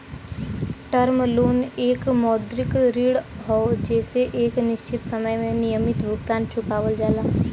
term loan एक मौद्रिक ऋण हौ जेसे एक निश्चित समय में नियमित भुगतान चुकावल जाला